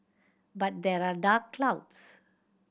but there are dark clouds